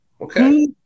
Okay